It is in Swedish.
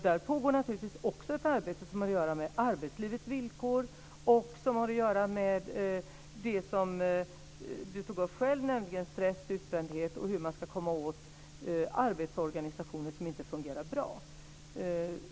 Där pågår också ett arbete som har att göra med arbetslivets villkor, den stress och utbrändhet som Desirée Pethrus Engström själv tog upp och hur man ska komma åt arbetsorganisationer som inte fungerar bra.